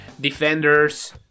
Defenders